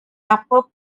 upper